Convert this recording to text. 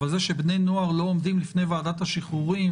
אבל זה שבני נוער לא עומדים לפני ועדת השחרורים,